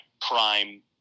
prime